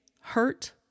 hurt